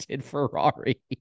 Ferrari